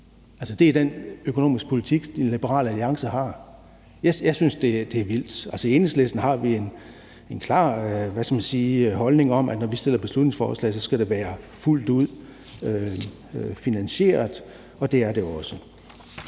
det er den økonomiske politik, Liberal Alliance har. Jeg synes, at det er vildt. I Enhedslisten har vi en klar holdning om, at når vi fremsætter et beslutningsforslag, skal det være fuldt ud finansieret, og det er det også.